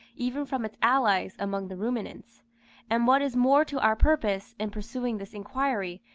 even from its allies among the ruminants and what is more to our purpose, in pursuing this inquiry,